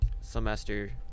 semester